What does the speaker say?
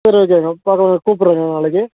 சரி ஓகேங்க பார்த்து கூப்பிட்றங்க நாளைக்கு